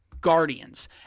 Guardians